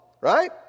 right